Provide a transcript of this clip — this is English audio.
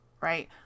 right